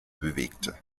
bewegte